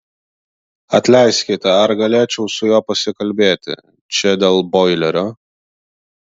atleiskite ar galėčiau su juo pasikalbėti čia dėl boilerio